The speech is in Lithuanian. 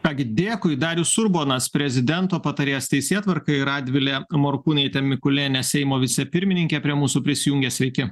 ką gi dėkui darius urbonas prezidento patarėjas teisėtvarkai radvilė morkūnaitė mikulėnė seimo vicepirmininkė prie mūsų prisijungė sveiki